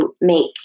make